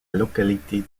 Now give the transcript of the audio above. localité